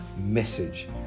message